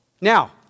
Now